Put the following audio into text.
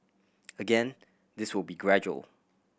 again this will be gradual